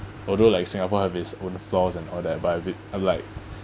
although like singapore have its own flaws and all that but a bit you know like